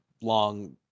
long